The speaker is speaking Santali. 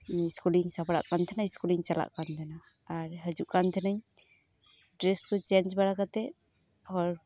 ᱥᱠᱩᱞ ᱤᱧ ᱥᱟᱯᱲᱟᱜᱠᱟᱱ ᱛᱟᱦᱮᱸᱱᱟ ᱥᱠᱩᱞ ᱤᱧ ᱪᱟᱞᱟᱜ ᱠᱟᱱ ᱛᱟᱦᱮᱱᱟ ᱟᱨ ᱦᱟᱡᱩᱜ ᱠᱟᱱ ᱛᱟᱦᱮᱱᱟᱹᱧ ᱰᱨᱮᱥ ᱠᱚ ᱪᱮᱧᱡᱽ ᱵᱟᱲᱟ ᱠᱟᱛᱮᱫ ᱦᱚᱲ